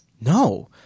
no